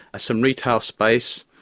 some retail space,